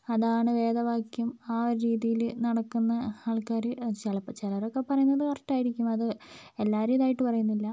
അതാണ് വേദവാക്യം ആ ഒര് രീതിയില് നടക്കുന്ന ആൾക്കാര് ചിലപ്പോൾ ചിലരൊക്കെ പറയുന്നത് കറക്റ്റായിരിക്കും അത് എല്ലാവരും ഇതായിട്ട് പറയുന്നില്ല